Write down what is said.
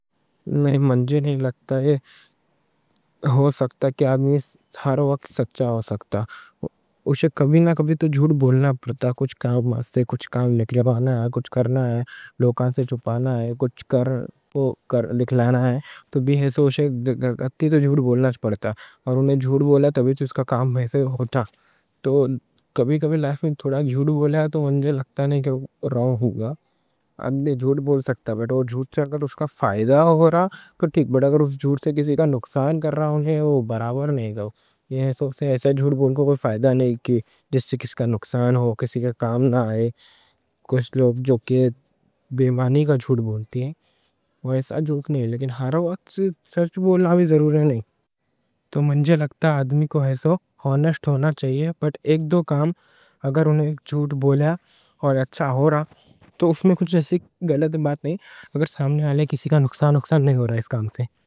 نئیں، مجھے نہیں لگتا کہ آدمی ہر وقت سچا ہو سکتا۔ اس کوں کبھی نا کبھی تو جھوٹ بولنا پڑتا۔ کچھ کام لکھوانا ہے، کچھ کرنا ہے، لوگاں سے چھپانا ہے، تو بھی ایسا اس کوں جھوٹ بولنا پڑتا۔ اور جھوٹ بولا تبئی اُس کا کام بھئی ہوتا۔ تو کبھی کبھی لائف میں تھوڑا جھوٹ بولیا تو مجھے لگتا نہیں کہ وہ راؤنگ ہوگا۔ اگر جھوٹ سے فائدہ ہو رہا تو ٹھیک ہے، لیکن اگر جھوٹ سے کسی کا نقصان ہو رہا ہے تو وہ برابر نہیں۔ ایسا جھوٹ بولنے کوں کوئی فائدہ نہیں، جس سے کسی کا نقصان ہو، کسی کے کام نہ آئے۔ کچھ لوگ جو بے ایمانی کا جھوٹ بولتے، وہ ٹھیک نہیں۔ ہر وقت سچ بولنا بھی ضروری نہیں۔ آدمی کوں آنِسٹ ہونا چاہیے۔